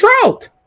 Trout